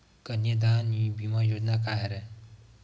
कन्यादान बीमा योजना का हरय?